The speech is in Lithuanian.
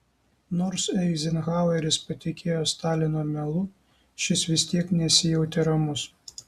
nors eizenhaueris patikėjo stalino melu šis vis tiek nesijautė ramus